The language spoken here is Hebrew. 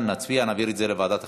נצביע, נעביר את זה לוועדת החינוך.